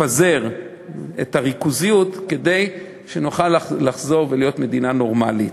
לפזר את הריכוזיות כדי שנוכל לחזור ולהיות מדינה נורמלית.